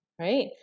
right